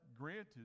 granted